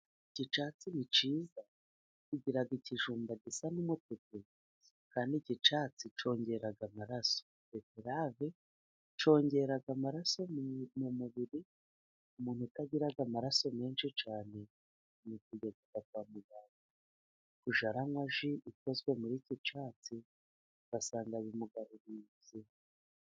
Iki cyatsi ni cyiza, kigira ikijumba gisa n'umutuku, kandi iki cyatsi cyongera amaraso. Beterave yongera amaraso mu mubiri w'umuntu utagiraga amaraso menshi cyane, bamutegeka kujya kwa muganga kujya anywa ji ikozwe muri iki cyatsi, ugasanga bimugaruriye ubuzima.